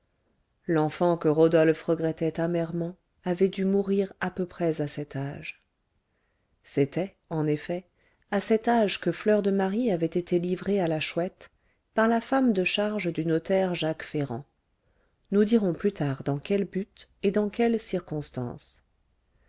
l'enfant que rodolphe regrettait amèrement avait dû mourir à peu près à cet âge c'était en effet à cet âge que fleur de marie avait été livrée à la chouette par la femme de charge du notaire jacques ferrand nous dirons plus tard dans quel but et dans quelles circonstances